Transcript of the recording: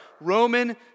Roman